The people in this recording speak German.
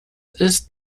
ist